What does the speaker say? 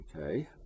okay